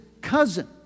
cousin